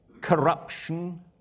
corruption